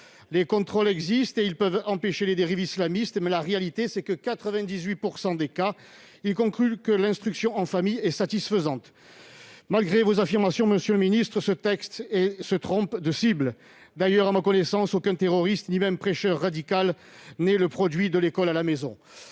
les contrôles existent et ils peuvent empêcher les dérives islamistes ; mais la réalité, c'est que, dans 98 % des cas, la conclusion est que l'instruction en famille est satisfaisante. Monsieur le ministre, malgré vos affirmations, ce texte se trompe de cible ! D'ailleurs, à ma connaissance, aucun terroriste ni même prêcheur radical n'est le produit de l'école à la maison.